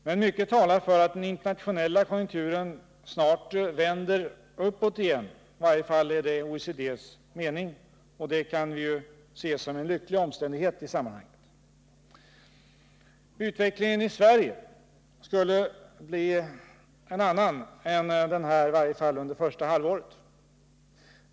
Men mycket talar för att den internationella konjunkturen snart vänder uppåt igen — i varje fall är det OECD:s mening, och det kan ju ses som en lycklig omständighet i sammanhanget. Utvecklingen i Sverige skulle bli en annan, i varje fall under första halvåret.